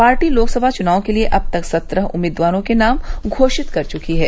party Lok Sabha चुनाव के लिये अब तक सत्रह उम्मीदवारों के नाम घोषित कर चुकी है